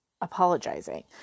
apologizing